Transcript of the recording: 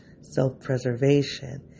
self-preservation